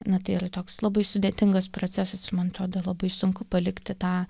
na tai yra toks labai sudėtingas procesas ir mantrodo labai sunku palikti tą